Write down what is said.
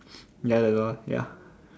ya the door ya